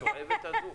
המתועבת הזו?